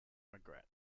regret